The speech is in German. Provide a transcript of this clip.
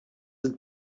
sind